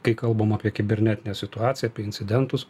kai kalbam apie kibernetinę situaciją apie incidentus